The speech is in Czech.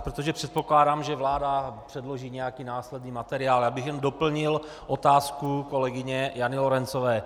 Protože předpokládám, že vláda předloží nějaký následný materiál, já bych jen doplnil otázku kolegyně Jany Lorencové.